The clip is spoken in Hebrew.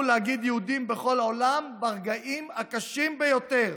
להגיד יהודים בכל העולם ברגעים הקשים ביותר: